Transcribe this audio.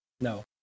No